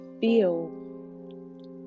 feel